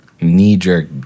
knee-jerk